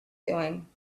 doing